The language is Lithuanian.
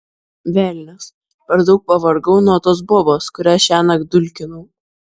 velnias per daug pavargau nuo tos bobos kurią šiąnakt dulkinau